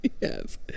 Yes